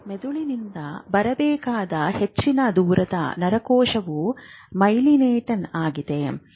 ಮೆದುಳಿನಿಂದ ಬರಬೇಕಾದ ಹೆಚ್ಚಿನ ದೂರದ ನರಕೋಶವು ಮೈಲೀನೇಟೆಡ್ ಆಗಿದೆ